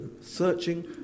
searching